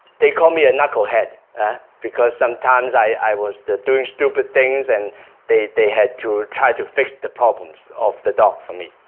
they call me a knucklehead ah because sometimes i i was doing stupid things and they they had to try to fix the problems of the dog for me